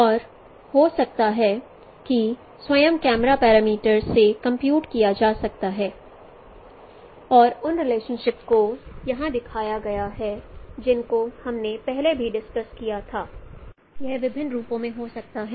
और यह हो सकता है इसको स्वयं कैमरा पैरामीटर्स से कंप्यूट किया जा सकता है और उन रिलेशन को यहाँ दिखाया गया है जिनको हमने पहले भी डिस्कस किया था यह विभिन्न रूपों में हो सकता है